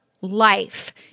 life